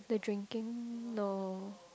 they drinking no